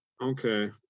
Okay